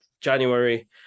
January